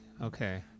Okay